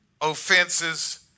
offenses